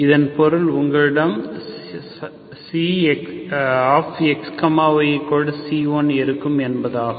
இதன் பொருள் உங்களிடம் ξxyc1 இருக்கும் என்பதாகும்